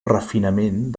refinament